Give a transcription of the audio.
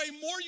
more